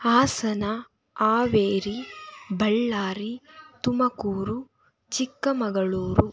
Hassan Haveri Ballari Tumakuru Chikkamagaluru